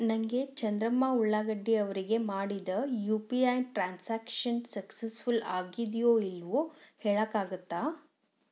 ನನಗೆ ಚಂದ್ರಮ್ಮ ಉಳ್ಳಾಗಡ್ಡಿ ಅವರಿಗೆ ಮಾಡಿದ U P I transaction successful ಆಗಿದ್ಯೋ ಇಲ್ವೋ ಹೇಳೋಕ್ಕಾಗತ್ತಾ